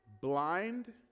blind